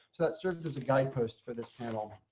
so that serves as a guidepost for this panel.